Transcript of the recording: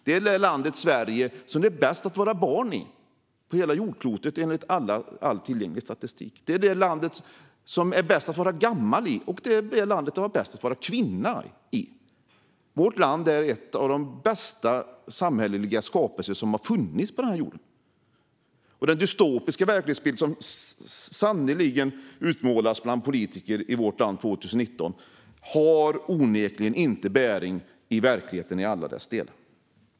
Sverige är det land på jordklotet där det är bäst att vara barn enligt all tillgänglig statistik. Det är det land där det är bäst att vara gammal, och det är det land där det är bäst att vara kvinna. Vårt land är en av de bästa samhälleliga skapelser som har funnits på den här jorden. Den dystopiska verklighetsbild som sannerligen utmålas i vårt land 2019 har onekligen inte bäring på verkligheten i alla dess delar.